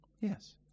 Yes